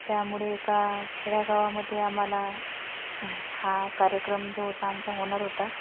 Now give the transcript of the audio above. त्यामुळे एका खेड्यागावामध्ये आम्हाला हा कार्यक्रम जो होता आमचा होणार होता